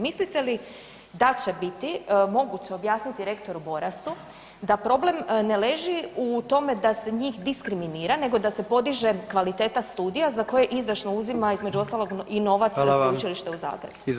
Mislite li da će biti moguće objasniti rektoru Borasu da problem ne leži u tome da se njih diskriminira nego da se podiže kvaliteta studija za koje izdašno uzima između ostalog i novac Sveučilišta u Zagrebu?